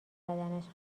بدنش